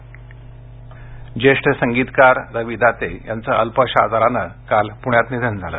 निधन ज्येष्ठ संगीतकार रवी दाते यांचं अल्पशा आजाराने काल प्ण्यात निधन झालं